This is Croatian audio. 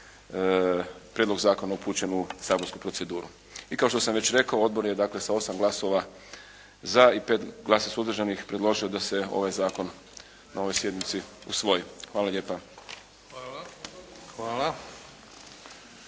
prijedlog zakona upućen u saborsku proceduru. I kao što sam već rekao, odbor je dakle sa 8 glasova za i 5 glasova suzdržanih predložio da se ovaj zakon na ovoj sjednici usvoji. Hvala lijepa.